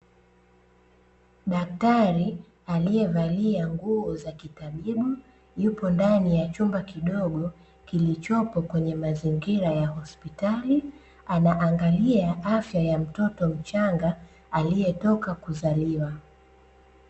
Daktari aliyevalia nguo za kitabibu yupo ndani ya chumba kidogo kilichopo kwenye mazingira ya hospitali, anaangalia afya ya mtoto mchanga aliyetoka kuzaliwa.